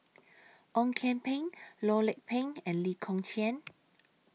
Ong Kian Peng Loh Lik Peng and Lee Kong Chian